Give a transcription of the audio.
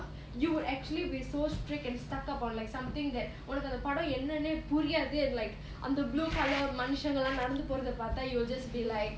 you would actually be so strict and stuck up on like something that உனக்கு அந்த படம் என்னனே புரியாது:unakku andha padam ennaane puriyadhu and like அந்த:andha blue colour மனுஷங்கெல்லாம் நடந்து போறத பாத்தா:manushengellam nadandhu poradha paatthaa you will just be like